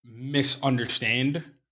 misunderstand